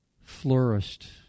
flourished